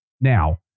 now